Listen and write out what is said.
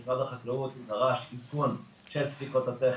משרד החקלאות דרש עדכון של ספיקות התחל